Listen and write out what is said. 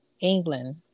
England